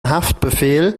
haftbefehl